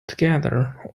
together